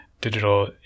digital